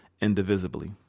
indivisibly